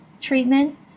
Treatment